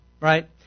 right